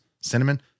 Cinnamon